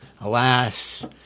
Alas